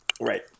right